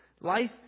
Life